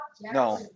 No